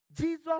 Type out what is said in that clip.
Jesus